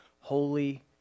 holy